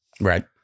right